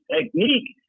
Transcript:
technique